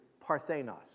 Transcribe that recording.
parthenos